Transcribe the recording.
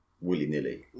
willy-nilly